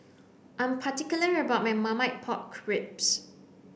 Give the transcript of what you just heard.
I'm particular about my Marmite Pork Ribs